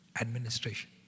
Administration